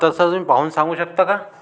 तसं तुम्ही पाहून सांगू शकता का